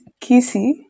Kisi